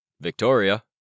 Victoria